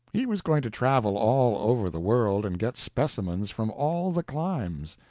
he was going to travel all over the world and get specimens from all the climes.